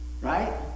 right